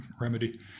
remedy